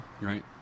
Right